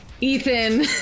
Ethan